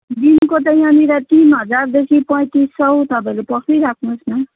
दिनको ता यहाँनिर तिन हजारदेखि पैँतिस सय तपाईँले पक्रिराख्नुहोस् न